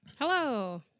Hello